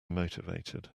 motivated